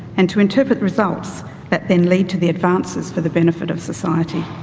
and to interpret results that then lead to the advances for the benefit of society.